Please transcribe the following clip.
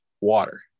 water